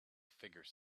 figure